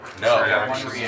No